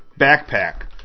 backpack